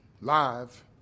live